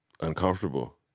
uncomfortable